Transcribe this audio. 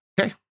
Okay